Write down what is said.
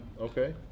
okay